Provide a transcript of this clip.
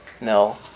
No